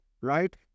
right